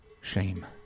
Shame